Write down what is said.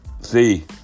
see